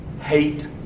hate